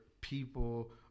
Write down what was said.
people